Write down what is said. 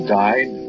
died